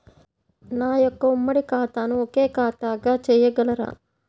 నా యొక్క ఉమ్మడి ఖాతాను ఒకే ఖాతాగా చేయగలరా?